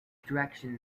direction